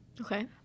Okay